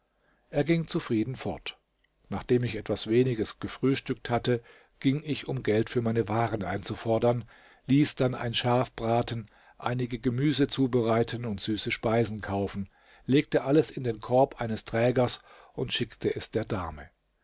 er ging zufrieden fort nachdem ich etwas weniges gefrühstückt hatte ging ich um geld für meine waren einzufordern ließ dann ein schaf braten einige gemüse zubereiten und süße speisen kaufen legte alles in den korb eines trägers und schickte es der dame